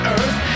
Earth